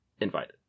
invited